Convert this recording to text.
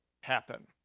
happen